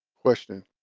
Question